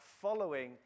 following